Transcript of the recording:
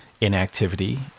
inactivity